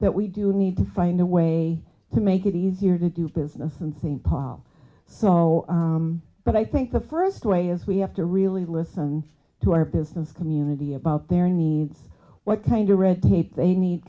that we do need to find a way to make it easier to do business in st paul so but i think the first way is we have to really listen to our business community about their needs what kind of red tape they need